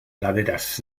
laderas